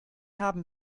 haben